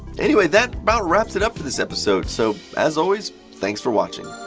anyway, that about wraps it up for this episode, so as always, thanks for watching!